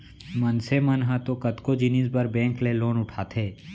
मनसे मन ह तो कतको जिनिस बर बेंक ले लोन उठाथे